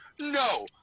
no